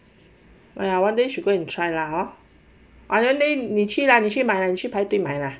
ya one day should go and try lah hor I don't think 你去啦你去排队买啦